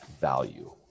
value